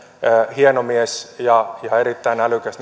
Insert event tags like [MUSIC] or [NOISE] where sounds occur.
hieno mies ja erittäin älykäs [UNINTELLIGIBLE]